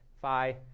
phi